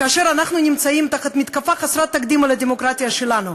כאשר אנחנו נמצאים תחת מתקפה חסרת תקדים על הדמוקרטיה שלנו.